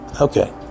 Okay